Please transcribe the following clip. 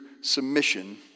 submission